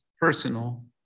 personal